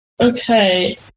Okay